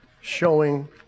showing